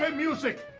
but music!